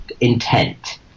intent